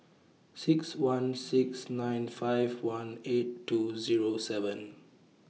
six one six nine five one eight two Zero seven